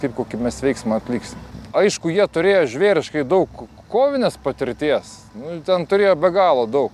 kaip kokį mes veiksmą atliksim aišku jie turėjo žvėriškai daug kovinės patirties ten turėjo be galo daug